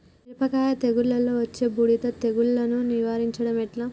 మిరపకాయ తెగుళ్లలో వచ్చే బూడిది తెగుళ్లను నివారించడం ఎట్లా?